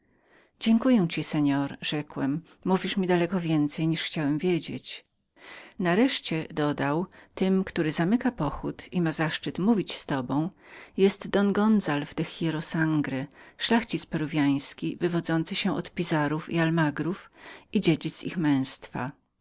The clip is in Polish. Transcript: dziękuję ci seor rzekłem mówisz mi daleko więcej niż chciałem wiedzieć nareszcie dodał ten który zamyka pochód i ma zaszczyt mówienia z panem jest don gonzalw de hierro sangre szlachcic peruwiański pochodzący od pizarrów i almagrów i dziedzic ich